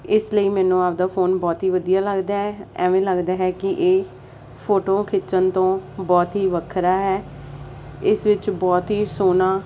ਇਸ ਲਈ ਮੈਨੂੰ ਆਪਦਾ ਫੋਨ ਬਹੁਤ ਹੀ ਵਧੀਆ ਲੱਗਦਾ ਹੈ ਐਵੇਂ ਲੱਗਦਾ ਹੈ ਕਿ ਇਹ ਫੋਟੋਆਂ ਖਿੱਚਣ ਤੋਂ ਬਹੁਤ ਹੀ ਵੱਖਰਾ ਹੈ ਇਸ ਵਿੱਚ ਬਹੁਤ ਹੀ ਸੋਹਣਾ